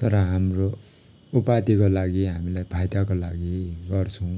तर हाम्रो उपाधिको लागि हामीलाई फाइदाको लागि गर्छौँ